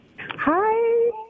Hi